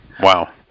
Wow